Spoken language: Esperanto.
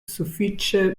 sufiĉe